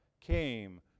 came